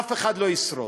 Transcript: אף אחד לא ישרוד.